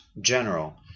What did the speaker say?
general